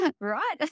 right